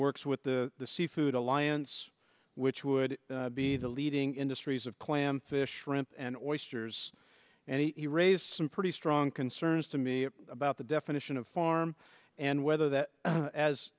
works with the sea food alliance which would be the leading industries of clam fish shrimp and oysters and he raised some pretty strong concerns to me about the definition of farm and whether that as